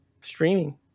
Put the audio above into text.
streaming